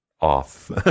off